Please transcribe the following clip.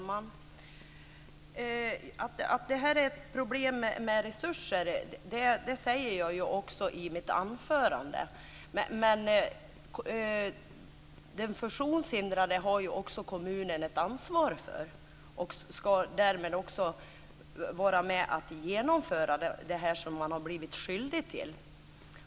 Fru talman! Att det här finns problem med resurser sade jag också i mitt anförande. Kommunen har dock ett ansvar för den funktionshindrade och ska genomföra det som den har blivit ålagd att göra.